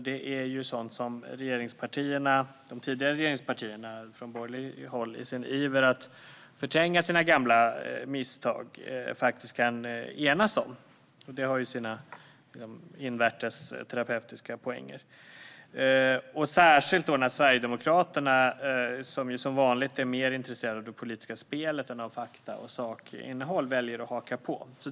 Det är sådant som de tidigare regeringspartierna från borgerligt håll i sin iver att förtränga sina gamla misstag faktiskt kan enas om. Det har ju sina invärtes terapeutiska poänger, särskilt då Sverigedemokraterna, vilka som vanligt är mer intresserade av det politiska spelet än av fakta och sakinnehåll, väljer att haka på.